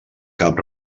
cap